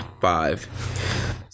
five